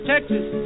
Texas